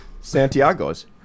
Santiago's